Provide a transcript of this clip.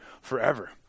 forever